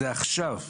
זה עכשיו,